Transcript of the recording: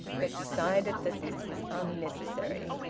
but decided that this was unnecessary.